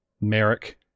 merrick